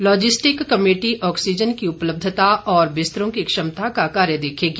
logistic committee oxygen की उपलब्धता और बिस्तरों की क्षमता का कार्य देखेगी